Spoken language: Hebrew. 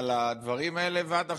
עד עכשיו,